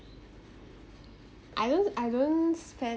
I don't I don't spend